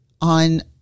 on